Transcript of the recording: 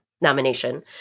nomination